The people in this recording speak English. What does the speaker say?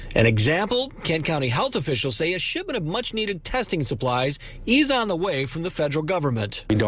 an example? kent county health officials say a shipment of much needed testing supplies is on the way from the federal government you know